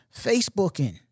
Facebooking